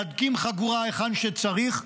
מהדקים חגורה היכן שצריך,